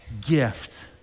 gift